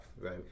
Right